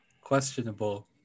questionable